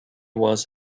was